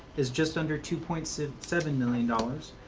is just under two point so seven million dollars.